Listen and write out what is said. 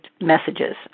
messages